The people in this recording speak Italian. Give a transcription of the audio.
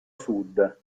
sud